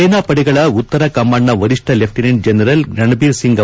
ಸೇನಾಪಡೆಗಳ ಉತ್ತರ ಕಮಾಂಡ್ನ ವರಿಷ್ಣ ಲೆಫ್ಟಿನೆಂಟ್ ಜನರಲ್ ರಣಬೀರ್ ಸಿಂಗ್